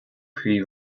pre